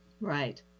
Right